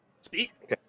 Speak